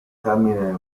termine